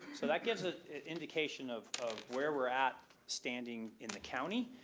so that gives an indication of of where we're at standing in the county,